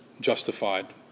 justified